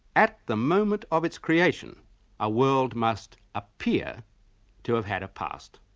at the moment of its creation a world must appear to have had a past.